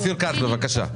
אופיר כץ, בבקשה.